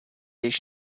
již